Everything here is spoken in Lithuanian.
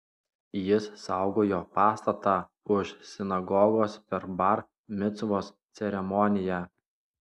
jis saugojo pastatą už sinagogos per bar micvos ceremoniją